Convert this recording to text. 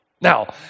Now